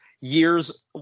years